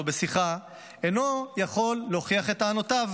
בשיחה אינו יכול להוכיח את טענותיו,